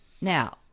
Now